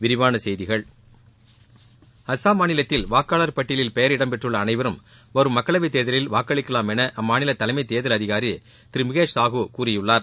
விரிவான செய்திகள் அசாம் மாநிலத்தில் வாக்காளர் பட்டியலில் பெயர் இடம் பெற்றுள்ள அனைவரும் வரும் மக்களவைத் தேர்தலில் வாக்களிக்கலாம் என அம்மாநில தலைமைத் தேர்தல் அதிகாரி திரு முகேஷ் சாகு கூறியுள்ளார்